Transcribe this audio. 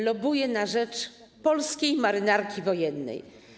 Lobbuję na rzecz Polskiej Marynarki Wojennej.